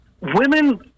Women